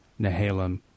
Nehalem